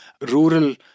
rural